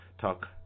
talk